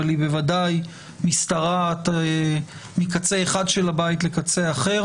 אבל היא ודאי משתרעת מקצה אחד של הבית לקצה אחר